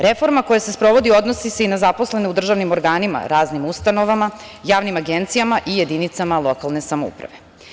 Reforma koja se sprovodi odnosi se i na zaposlene u državnim organima, raznim ustanovama, javnim agencijama i jedinicama lokalne samouprave.